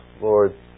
Lord